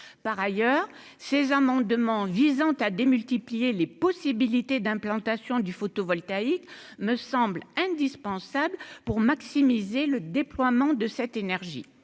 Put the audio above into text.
par ailleurs ces amendements visant à démultiplier les possibilités d'implantation du photovoltaïque me semble indispensable pour maximiser le déploiement de cette énergie,